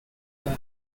are